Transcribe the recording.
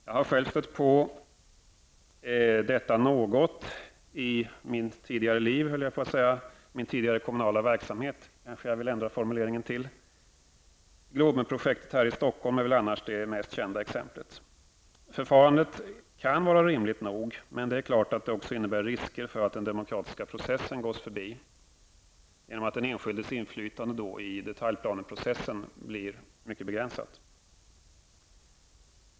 Jag har själv stött på detta något i min tidigare kommunala verksamhet. Globenprojektet här i Stockholm är väl annars det mest kända exemplet. Förfarandet kan vara rimligt, men det är klart att det också innebär risker för att den demokratiska processen gås förbi. Den enskildes inflytande i detaljplaneprocessen blir nämligen mycket begränsad.